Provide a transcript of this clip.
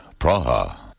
Praha